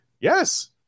Yes